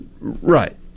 Right